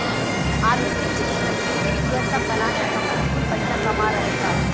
आलू से चिप्स, नमकीन, भुजिया सब बना के कंपनी कुल पईसा कमा रहल बा